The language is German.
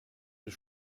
ist